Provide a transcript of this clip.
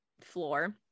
floor